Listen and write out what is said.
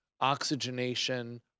oxygenation